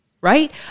right